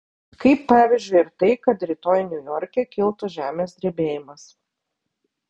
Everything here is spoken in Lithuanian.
kaip pavyzdžiui ir tai kad rytoj niujorke kiltų žemės drebėjimas